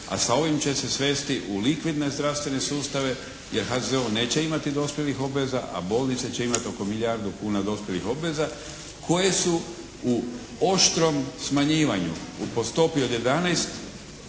a sa ovim će se svesti u likvidne zdravstvene sustave jer HZZO neće imati dospjelih obveza a bolnice će imati oko milijardu kuna dospjelih obveza koje su u oštrom smanjivanju po stopi od 11